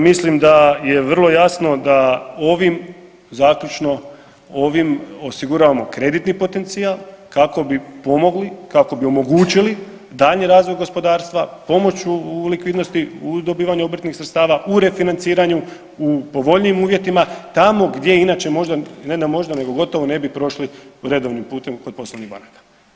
Mislim da je vrlo jasno da ovim zaključno ovim osiguravamo kreditni potencijal kako bi pomogli, kako bi omogućili daljnji razvoj gospodarstva, pomoć u likvidnosti u dobivanju obrtnih sredstava, u refinanciranju u povoljnijim uvjetima tamo gdje inače možda, ne možda, nego gotovo ne bi prošli redovnim putem kod poslovnih banaka.